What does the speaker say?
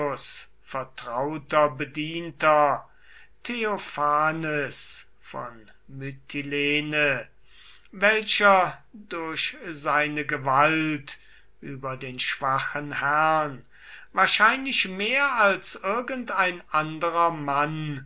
vertrauter bedienter theophanes von mytilene welcher durch seine gewalt über den schwachen herrn wahrscheinlich mehr als irgendein anderer mann